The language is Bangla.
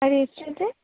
আর হিস্ট্রিতে